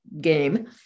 game